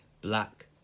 black